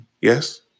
Yes